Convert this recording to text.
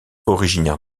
originaire